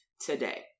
today